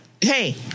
hey